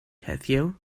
heddiw